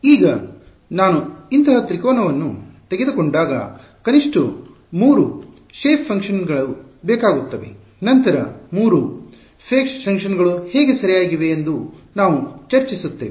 ಈಗ ನಾನು ಈ ಇಂತಹ ತ್ರಿಕೋನವನ್ನು ತೆಗೆದುಕೊಂಡಾಗ ಕನಿಷ್ಟ 3 ಆಕಾರದ ಕಾರ್ಯಗಳು ಶೇಪ್ ಫಂಕ್ಷನ್ ನ್ನು ಗಳು ಬೇಕಾಗುತ್ತವೆ ನಂತರ 3 ಆಕಾರದ ಕಾರ್ಯಗಳು ಶೇಪ್ ಫಂಕ್ಷನ್ ಗಳು ಹೇಗೆ ಸರಿಯಾಗಿವೆ ಎಂದು ನಾವು ಚರ್ಚಿಸುತ್ತೇವೆ